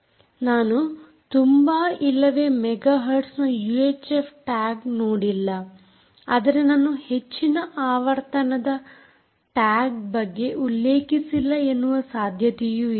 ನಾನು ತುಂಬಾ ಇಲ್ಲವೇ ಮೆಗಾ ಹರ್ಟ್ಸ್ನ ಯೂಎಚ್ಎಫ್ ಟ್ಯಾಗ್ ನೋಡಿಲ್ಲ ಆದರೆ ನಾನು ಹೆಚ್ಚಿನ ಆವರ್ತನದ ಟ್ಯಾಗ್ ಬಗ್ಗೆ ಉಲ್ಲೇಖಿಸಿಲ್ಲ ಎನ್ನುವ ಸಾಧ್ಯತೆಯೂ ಇದೆ